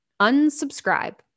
unsubscribe